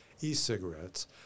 e-cigarettes